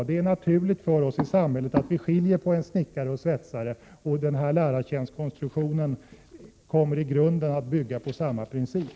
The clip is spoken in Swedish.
Det är naturligt för oss i samhället att vi skiljer på en snickare och en svetsare. Den här lärartjänstkonstruktionen kommer i grunden att bygga på samma princip.